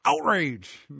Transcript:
Outrage